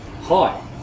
hi